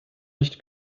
nicht